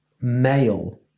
male